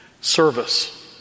Service